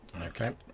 Okay